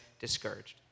discouraged